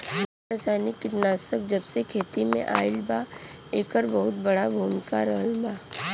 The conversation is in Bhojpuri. रासायनिक कीटनाशक जबसे खेती में आईल बा येकर बहुत बड़ा भूमिका रहलबा